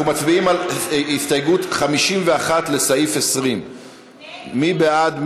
אנחנו מצביעים על הסתייגות 51, לסעיף 20. מי בעד?